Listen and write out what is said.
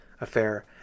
affair